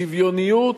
שוויוניות,